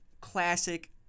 classic